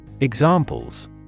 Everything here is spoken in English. Examples